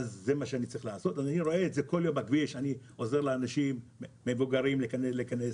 אני רואה כל יום על הכביש אני עוזר לאנשים מבוגרים להיכנס,